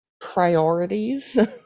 priorities